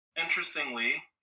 Interestingly